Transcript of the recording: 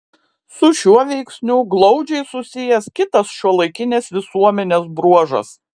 su šiuo veiksniu glaudžiai susijęs kitas šiuolaikinės visuomenės bruožas